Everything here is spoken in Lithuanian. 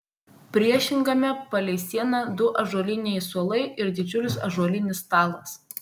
priešingame palei sieną du ąžuoliniai suolai ir didžiulis ąžuolinis stalas